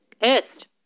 pissed